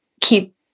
keep